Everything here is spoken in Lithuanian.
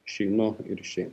išeinu ir išeina